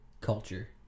culture